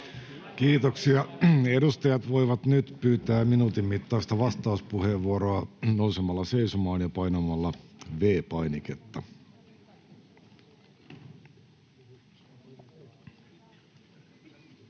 Kiitoksia. — Edustajat voivat nyt pyytää minuutin mittaista vastauspuheenvuoroa nousemalla seisomaan ja painamalla V-painiketta.